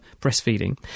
breastfeeding